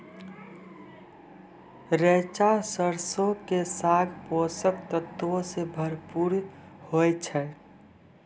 रैचा सरसो के साग पोषक तत्वो से भरपूर होय छै